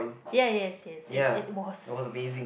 ya yes yes it it was